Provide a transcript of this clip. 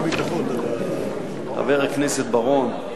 חבר הכנסת בר-און,